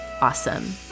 awesome